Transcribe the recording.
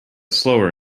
slower